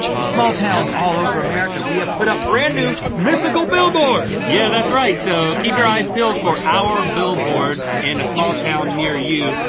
in small towns all over america, we have put up brand new mythical billboards! yeah that's right! so, keep your eyes peeled for our billboards in a small town near you.